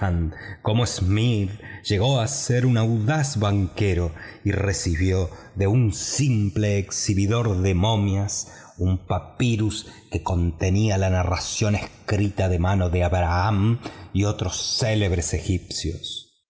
cómo smith llegó a ser un audaz banquero y recibió de un simple exhibidor de momias un papyrus que contenía la narración escrita de mano de abrdhán y otros célebres egipcios